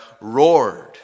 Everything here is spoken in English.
roared